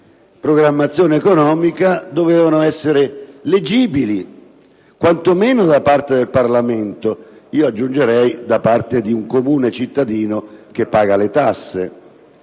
di programmazione economica dovevano essere leggibili, quantomeno da parte del Parlamento (ed io aggiungo: anche da parte del comune cittadino che paga le tasse).